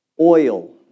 Oil